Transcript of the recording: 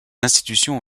institutions